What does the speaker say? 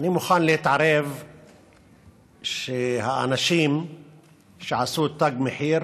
אני מוכן להתערב שהאנשים שעשו את תג מחיר